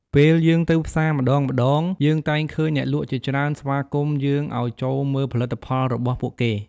ពេលយើងទៅផ្សារម្តងៗ យើងតែងឃើញអ្នកលក់ជាច្រើនស្វាគមន៍យើងឲ្យចូលមើលផលិតផលរបស់ពួកគេ។